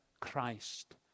Christ